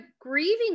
grieving